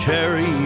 Carry